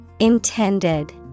Intended